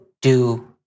do-